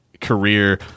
career